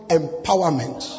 empowerment